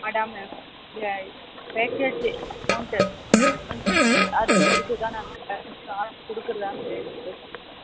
வாடாமல் வேணும் இல்லை பேக்கேஜ்ஜி அமௌண்ட்டு அது பொறுத்து தான் நாங்கள் ஆர்டர் கொடுக்கறதான்னு யோசிக்கணும்